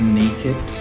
naked